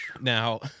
Now